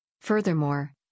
Furthermore